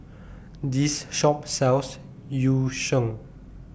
This Shop sells Yu Sheng